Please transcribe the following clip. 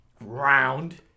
Round